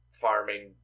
farming